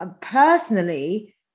personally